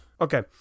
Okay